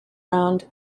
round